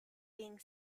being